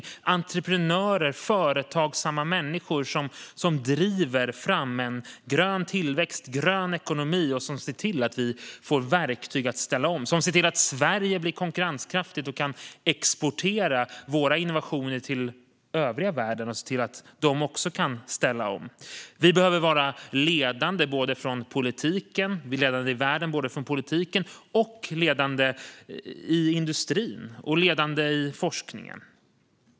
Det kommer att krävas entreprenörer och företagsamma människor som driver fram grön tillväxt och grön ekonomi och ser till att vi får verktyg för att ställa om och att Sverige blir konkurrenskraftigt och kan exportera sina innovationer till övriga världen så att den också kan ställa om. Vår politik, industri och forskning behöver vara ledande i världen. Fru talman!